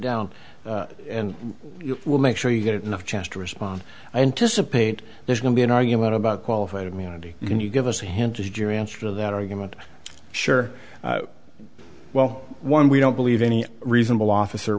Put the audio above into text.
down and we'll make sure you get enough chance to respond i anticipate there's going to be an argument about qualified immunity can you give us a hint as jury answer that argument sure well one we don't believe any reasonable officer